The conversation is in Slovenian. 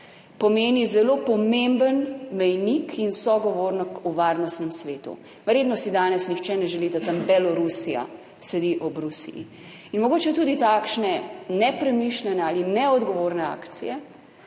pomeni zelo pomemben mejnik in sogovornik v Varnostnem svetu. Verjetno si danes nihče ne želi, da tam Belorusija sedi ob Rusiji in mogoče tudi takšne nepremišljene ali neodgovorne akcije